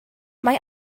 mae